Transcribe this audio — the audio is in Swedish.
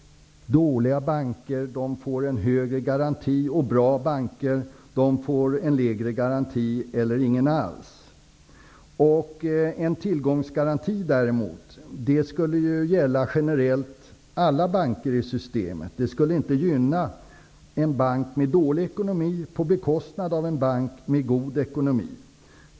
Dåliga banker får en högre garanti, bra banker får en lägre garanti eller ingen alls. En tillgångsgaranti däremot skulle gälla generellt alla banker i systemet. Det skulle inte gynna en bank med dålig ekonomi på bekostnad av en bank med god ekonomi.